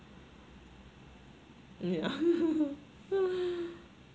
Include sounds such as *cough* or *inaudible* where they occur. mm yeah *laughs*